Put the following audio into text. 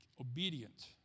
obedient